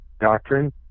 doctrine